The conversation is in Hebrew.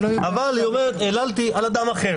אבל הדוגמאות הן אלה שעושות את